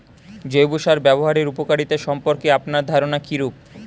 জৈব সার ব্যাবহারের উপকারিতা সম্পর্কে আপনার ধারনা কীরূপ?